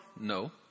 No